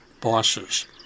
bosses